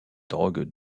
drogues